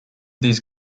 these